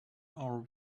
our